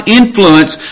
influence